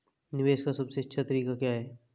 निवेश का सबसे अच्छा तरीका क्या है?